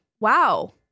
wow